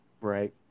right